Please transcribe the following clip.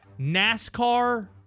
NASCAR